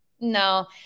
No